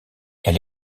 elle